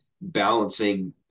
balancing